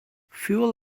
fuel